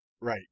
Right